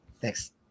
Thanks